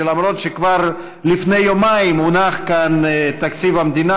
שלמרות שכבר לפני יומיים הונח כאן תקציב המדינה,